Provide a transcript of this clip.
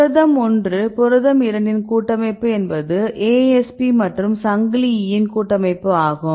புரதம் 1 புரதம் 2 இன் கூட்டமைப்பு என்பது ASP மற்றும் சங்கிலி E யின் கூட்டமைப்பு ஆகும்